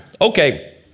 Okay